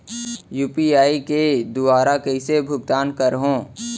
UPI के दुवारा कइसे भुगतान करहों?